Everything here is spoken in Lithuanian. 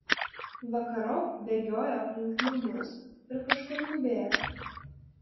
vakarop bėgiojo aplink namus ir kažkur nubėgo